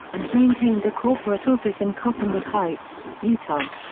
and maintains a corporate office in cottonwood heights, utah.